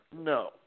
No